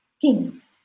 kings